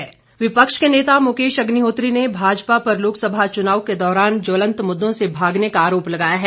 अग्निहोत्री विपक्ष के नेता मुकेश अग्निहोत्री ने भाजपा पर लोकसभा चुनाव के दौरान ज्वलंत मुद्दों से भागने का आरोप लगाया है